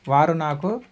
వారు నాకు